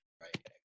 right